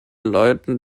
leiten